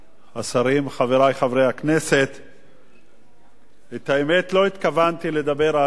הכנסת, את האמת, לא התכוונתי לדבר על הצעת החוק,